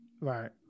Right